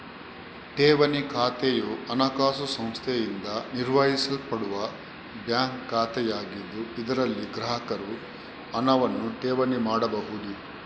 ಠೇವಣಿ ಖಾತೆಯು ಹಣಕಾಸು ಸಂಸ್ಥೆಯಿಂದ ನಿರ್ವಹಿಸಲ್ಪಡುವ ಬ್ಯಾಂಕ್ ಖಾತೆಯಾಗಿದ್ದು, ಇದರಲ್ಲಿ ಗ್ರಾಹಕರು ಹಣವನ್ನು ಠೇವಣಿ ಮಾಡಬಹುದು